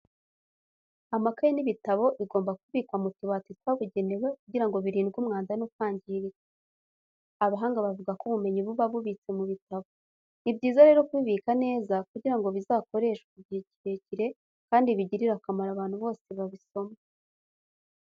Amakayi n'ibitabo bigomba kubikwa mu tubati twabugenewe kugira ngo birindwe umwanda no kwangirika. Abahanga bavuga ko ubumenyi buba bubitse mu bitabo, ni byiza rero kubibika neza kugira ngo bizakoreshwe igihe kirekire kandi bigirire akamaro abantu bose babisoma.